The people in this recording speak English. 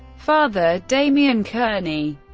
father damian kearney,